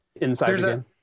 inside